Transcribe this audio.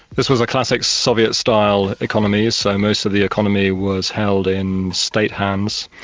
this was a classic soviet style economy, so most of the economy was held in state hands.